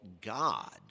God